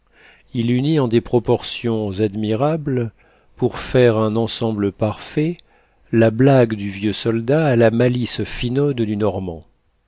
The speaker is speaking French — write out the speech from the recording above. il unit en des proportions admirables pour faire un ensemble parfait la blague du vieux soldat à la malice finaude du normand